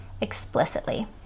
explicitly